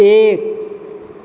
एक